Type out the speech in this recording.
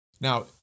Now